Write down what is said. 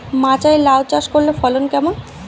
মাচায় লাউ চাষ করলে ফলন কেমন?